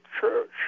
church